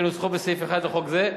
כנוסחו בסעיף 1 לחוק זה,